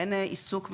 אין עיסוק מסוים.